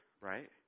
Right